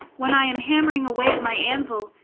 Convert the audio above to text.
when i am hammering away at my anvil,